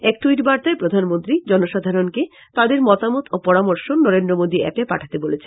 এক ট্যুইট বার্তায় প্রধানমন্ত্রী জনসাধারণকে তাদের মতামত ও পরামর্শ নরেন্দ্র মোদী এ্যপে পাঠাতে বলেছেন